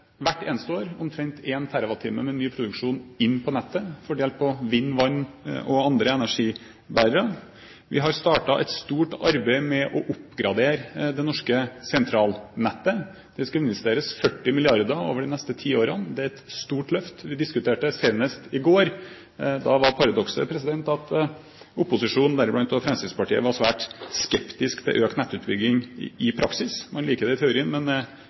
hvert eneste år omtrent 1 TWh med ny produksjon inn på nettet, fordelt på vind, vann og andre energibærere. Vi har startet et stort arbeid med å oppgradere det norske sentralnettet. Det skal investeres 40 mrd. kr over de neste ti årene. Det er et stort løft. Vi diskuterte det senest i går. Da var paradokset at opposisjonen, deriblant Fremskrittspartiet, var svært skeptisk til økt nettutbygging i praksis. Man liker det i teorien, men